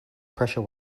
pressure